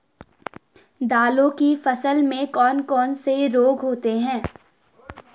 दालों की फसल में कौन कौन से रोग होते हैं?